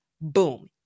Boom